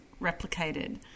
replicated